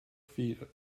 feet